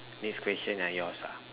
next question ah yours ah